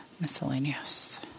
miscellaneous